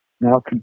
Now